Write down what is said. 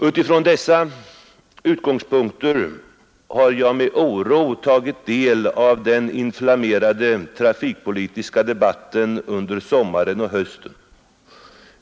Utifrån dessa utgångspunkter har jag med oro tagit del av den inflammerade trafikpolitiska debatten under sommaren och hösten.